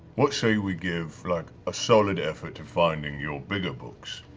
what say we give, like, a solid effort to finding your bigger books,